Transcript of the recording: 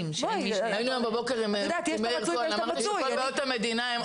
יש את הרצוי ויש את המצוי.